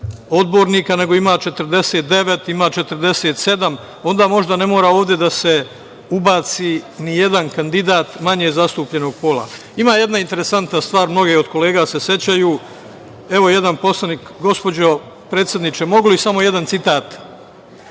50 odbornika, nego ima 49, ima 47? Onda možda ne mora ovde da se ubaci ni jedan kandidat manje zastupljenog pola. Ima jedna interesantna stvar, mnogi od kolega se sećaju. Gospođo predsedniče, mogu li samo jedan citat?